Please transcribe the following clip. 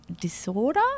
Disorder